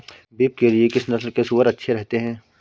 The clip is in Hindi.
बीफ के लिए किस नस्ल के सूअर अच्छे रहते हैं?